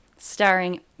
Starring